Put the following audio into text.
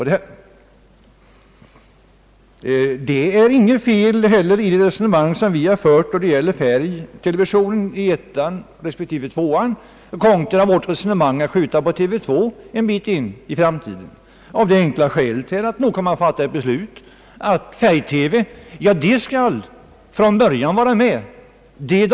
Det ligger heller inget fel i det resonemang vi fört i fråga om färgtelevision i program 1 respektive program 2, nämligen att skjuta på TV 2 en bit in i framtiden, av det enkla skälet att man kan fatta ett beslut om att TV 2 redan från början skall göras i färg.